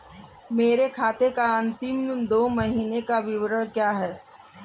मेरे खाते का अंतिम दो महीने का विवरण क्या है?